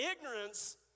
ignorance